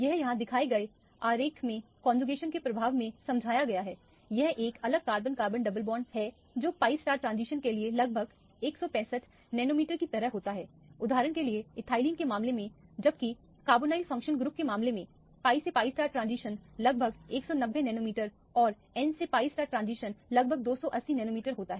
यह यहाँ दिखाए गए आरेख में कौनजुकेशन के प्रभाव से समझाया गया है यह एक अलग कार्बन कार्बन डबल बॉन्ड है जो pi ट्रांजिशन के लिए लगभग 165 नैनोमीटर की तरह होता है उदाहरण के लिए एथिलीन के मामले में जबकि कार्बोनिल फंक्शनल ग्रुप के मामले में pi से pi ट्रांजिशन लगभग 190 नैनोमीटर और n से pi ट्रांजिशन लगभग 280 नैनोमीटर होता है